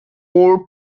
court